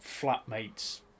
flatmate's